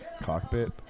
cockpit